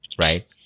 Right